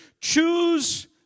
Choose